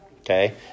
Okay